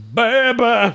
baby